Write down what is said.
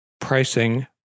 Pricing